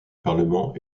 parlement